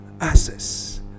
access